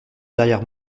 derrière